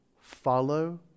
follow